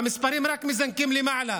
והמספרים רק מזנקים למעלה.